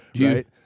right